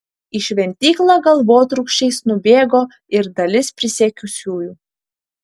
į šventyklą galvotrūkčiais nubėgo ir dalis prisiekusiųjų